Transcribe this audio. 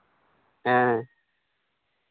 ᱦᱮᱸ